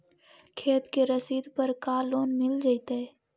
खेत के रसिद पर का लोन मिल जइतै?